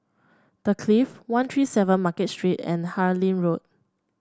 The Clift One Three Seven Market Street and Harlyn Road